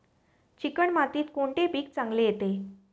Chicken मातीत कोणते पीक चांगले येते?